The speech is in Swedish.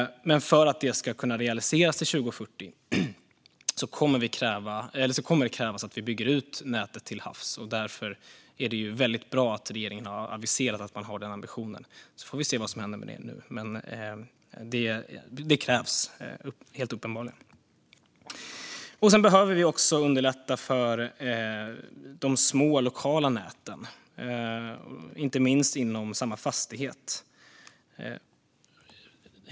Men för att det ska kunna realiseras till 2040 kommer det att krävas att vi bygger ut nätet till havs. Därför är det väldigt bra att regeringen har aviserat att man har den ambitionen. Sedan får vi se vad som händer med det. Men det krävs, helt uppenbarligen. Vi behöver också underlätta för de små lokala näten, inte minst inom samma fastighet.